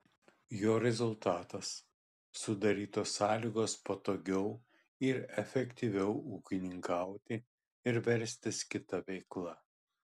jo rezultatas sudarytos sąlygos patogiau ir efektyviau ūkininkauti ir verstis kita veikla